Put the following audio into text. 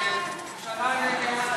ההצעה להעביר את הנושא